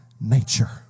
nature